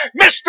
Mr